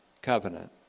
covenant